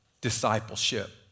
discipleship